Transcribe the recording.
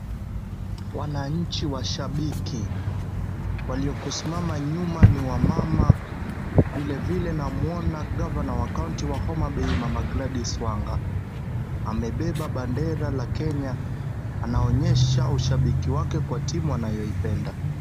Wananchi washabiki. Waliokosimama nyuma ni wamama. Vilevile namuona gavana wa kaunti wa Homabay mama Gladys Wanga. Amebeba bendera la Kenya. Anaonyesha ushabiki wake kwa timu anayoipenda.